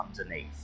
underneath